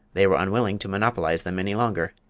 they were unwilling to monopolise them any longer,